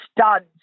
studs